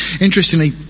Interestingly